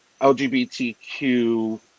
LGBTQ